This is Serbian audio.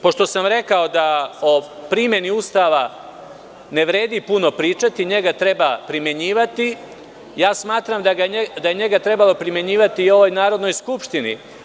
Pošto sam rekao da o primeni Ustava ne vredi puno pričati, njega treba primenjivati, smatram da je njega trebalo primenjivati i u ovoj Narodnoj skupštini.